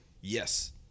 Yes